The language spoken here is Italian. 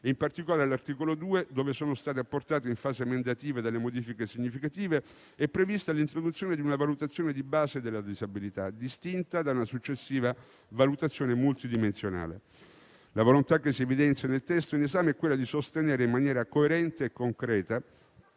In particolare, all'articolo 2, dove in fase emendativa sono state apportate delle modifiche significative, è prevista l'introduzione di una valutazione di base della disabilità, distinta da una successiva valutazione multidimensionale. La volontà che si evidenzia nel testo in esame è sostenere in maniera coerente e concreta